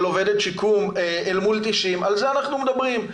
עובדת שיקום אל מול 90 על זה אנחנו מדברים.